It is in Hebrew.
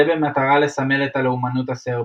זה במטרה לסמל את הלאומנות הסרבית.